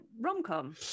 rom-com